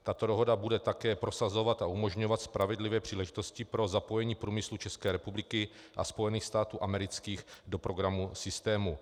Tato dohoda bude také prosazovat a umožňovat spravedlivé příležitosti pro zapojení průmyslu České republiky a Spojených států amerických do programu systému.